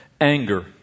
Anger